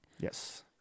Yes